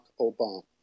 Obama